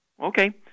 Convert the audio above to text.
Okay